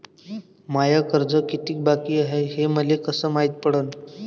माय कर्ज कितीक बाकी हाय, हे मले कस मायती पडन?